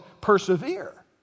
persevere